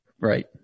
Right